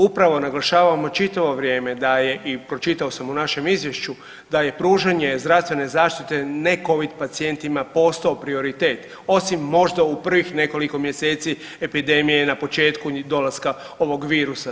Upravo naglašavamo čitavo vrijeme da je, i pročitao sam u našem Izvješću, da je pružanje zdravstvene zaštite necovid pacijentima postao prioritet, osim možda u prvih nekoliko mjeseci epidemije na početku dolaska ovog virusa.